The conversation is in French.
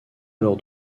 alors